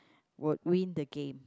would win the game